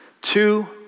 two